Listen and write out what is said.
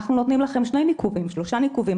אנחנו נותנים לכם שניים או שלושה ניקובים,